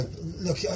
look